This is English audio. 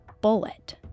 bullet